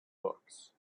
books